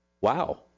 wow